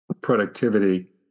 productivity